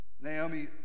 Naomi